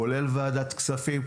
כולל לוועדת הכספים,